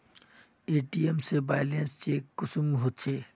ATM से balance check कुंसम होचे?